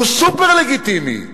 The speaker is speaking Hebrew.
הוא סופר-לגיטימי,